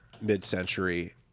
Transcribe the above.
Mid-century